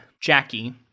Jackie